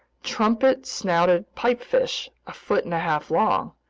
trumpet-snouted pipefish a foot and a half long,